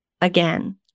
Again